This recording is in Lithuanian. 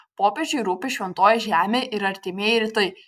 popiežiui rūpi šventoji žemė ir artimieji rytai